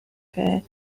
que